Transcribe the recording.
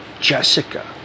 Jessica